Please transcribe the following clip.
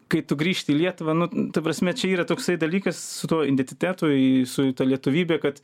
kai tu grįžti į lietuvą nu ta prasme čia yra toksai dalykas identitetui su ta lietuvybe kad